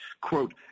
quote